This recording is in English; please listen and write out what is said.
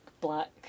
black